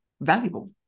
valuable